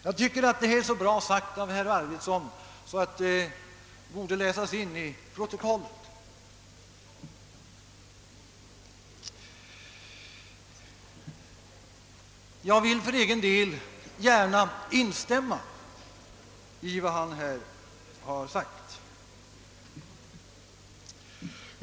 Jag tycker att detta är så bra sagt av herr Arvidson, att det borde läsas in till protokollet. Jag vill för egen del gärna instämma i vad han här har sagt.